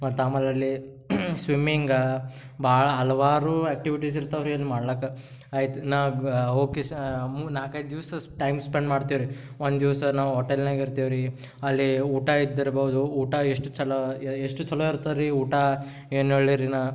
ಮತ್ತು ಆಮೇಲೆ ಅಲ್ಲಿ ಸ್ವಿಮ್ಮಿಂಗಾ ಭಾಳ ಹಲವಾರು ಆಕ್ಟಿವಿಟೀಸ್ ಇರ್ತವೆ ರೀ ಅಲ್ಲಿ ಮಾಡ್ಲಿಕ್ಕ ಆಯ್ತು ಹೊಕ್ಕಿಸಿ ಮೂ ನಾಲ್ಕು ಐದು ದಿವಸ ಟೈಮ್ ಸ್ಪೆಂಡ್ ಮಾಡ್ತೀವಿ ರಿ ಒಂದು ದಿವ್ಸ ನಾವು ಓಟೆಲ್ನಾಗ ಇರ್ತೀವಿ ರಿ ಅಲ್ಲಿ ಊಟ ಇದ್ದಿರ್ಬೌದು ಊಟ ಎಷ್ಟು ಚಲೋ ಎಷ್ಟು ಚಲೋ ಇರ್ತೆ ರೀ ಊಟ ಏನು ಹೇಳಲಿ ರೀ ನಾ